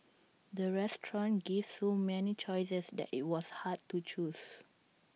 the restaurant gave so many choices that IT was hard to choose